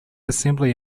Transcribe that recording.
assembly